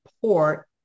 support